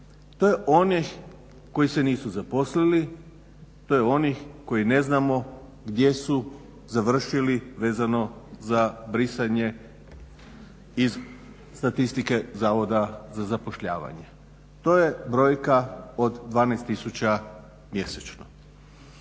To je onih koji se nisu zaposlili, to je onih koje ne znamo gdje su završili vezano za brisanje statistike zavoda za zapošljavanje. To je brojka od 12 tisuća mjesečno.